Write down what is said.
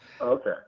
Okay